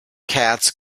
cats